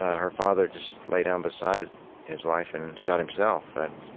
her father just lay down beside his wife and shot himself and